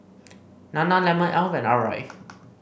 Nana lemon Alf and Arai